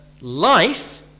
life